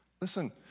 Listen